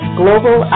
global